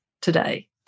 today